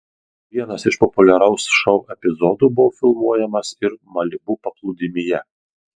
vienas iš populiaraus šou epizodų buvo filmuojamas ir malibu paplūdimyje